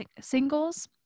singles